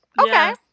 Okay